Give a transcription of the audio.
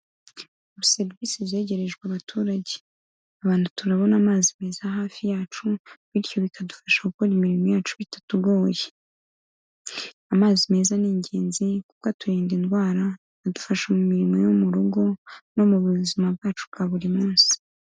Ubu serivise zegerejwe abaturage, abantu turabona amazi meza hafi yacu bityo bikadufasha gukora imirimo yacu bitatugoye, amazi meza ni ingenzi kuko aturinda indwara, adufasha mu mirimo yo mu rugo no mu buzima bwacu bwa buri munsi.